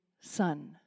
son